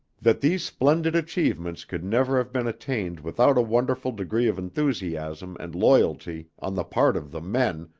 that these splendid achievements could never have been attained without a wonderful degree of enthusiasm and loyalty on the part of the men,